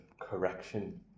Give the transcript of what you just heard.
correction